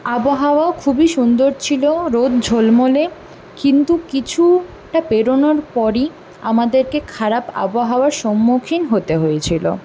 আবহাওয়াও খুবই সুন্দর ছিল রোদ ঝলমলে কিন্তু কিছুটা পেরোনোর পরই আমাদেকে খারাপ আবহাওয়ার সম্মুখীন হতে হয়েছিলো